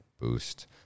boost